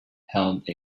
held